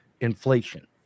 inflation